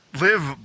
live